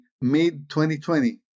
mid-2020